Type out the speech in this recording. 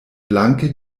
blanke